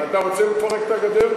אתה רוצה לפרק את הגדר?